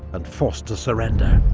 and forced to surrender.